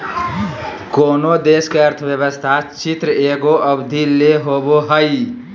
कोनो देश के अर्थव्यवस्था चित्र एगो अवधि ले होवो हइ